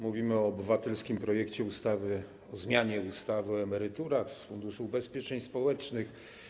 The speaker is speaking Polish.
Mówimy o obywatelskim projekcie ustawy o zmianie ustawy o emeryturach z Funduszu Ubezpieczeń Społecznych.